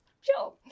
Sure